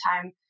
time